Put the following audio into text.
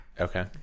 Okay